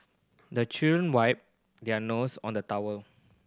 the children wipe their nose on the towel